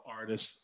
artists